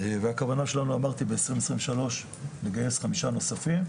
והכוונה שלנו אמרתי, ב-2023 לגייס חמישה נוספים.